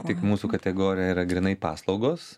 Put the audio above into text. tik mūsų kategorija yra grynai paslaugos